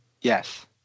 Yes